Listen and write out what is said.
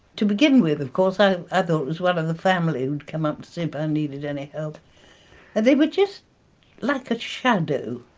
to begin with, of course, i ah thought it was one of the family who'd come up to see if i needed any help. and they were just like a shadow.